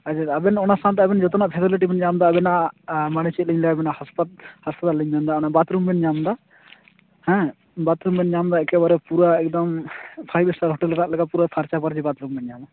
ᱟᱨ ᱡᱩᱫᱤ ᱟᱵᱮᱱ ᱚᱱᱟ ᱥᱟᱶᱛᱮ ᱟᱵᱮᱱ ᱡᱚᱛᱚᱱᱟᱜ ᱯᱷᱮᱥᱮᱞᱤᱴᱤ ᱵᱮᱱ ᱧᱟᱢᱮᱫᱟ ᱟᱵᱮᱱᱟᱜ ᱢᱟᱱᱮ ᱪᱮᱫ ᱞᱤᱧ ᱞᱟᱹᱭ ᱟᱵᱮᱱᱟ ᱦᱟᱥᱯᱟᱛᱟᱞ ᱞᱤᱧ ᱢᱮᱱᱮᱫᱟ ᱵᱟᱛᱷᱨᱩᱢ ᱵᱮᱱ ᱧᱟᱢᱮᱫᱟ ᱦᱮᱸ ᱵᱟᱛᱷᱨᱩᱢ ᱵᱮᱱ ᱧᱟᱢᱮᱫᱟ ᱮᱠᱮᱵᱟᱨᱮ ᱯᱩᱨᱟᱹ ᱮᱠᱫᱚᱢ ᱯᱷᱟᱭᱤᱵᱷ ᱮᱥᱴᱟᱨ ᱦᱳᱴᱮᱞ ᱨᱮᱭᱟᱜ ᱞᱮᱠᱟ ᱯᱩᱨᱟᱹ ᱯᱷᱟᱨᱪᱟ ᱯᱷᱟᱹᱨᱪᱤ ᱵᱟᱛᱷᱨᱩᱢ ᱵᱮᱱ ᱧᱟᱢᱟ